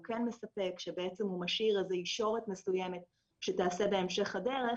כן מספק והוא משאיר איזו ישורת מסוימת שתעשה בהמשך הדרך